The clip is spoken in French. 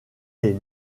est